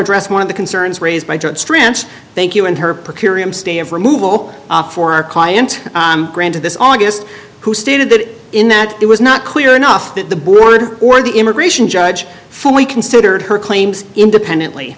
address one of the concerns raised by strengths thank you and her per curiam stay of removal for our client granted this august who stated that in that it was not clear enough that the board or the immigration judge fully considered her claims independently